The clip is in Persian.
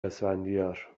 اسفندیار